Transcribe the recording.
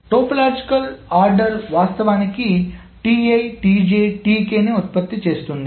topological order వాస్తవానికి ఉత్పత్తి చేస్తుంది